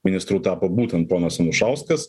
ministru tapo būtent ponas anušauskas